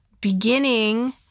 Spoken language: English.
beginning